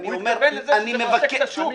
הוא התכוון לזה שזה מרסק את השוק.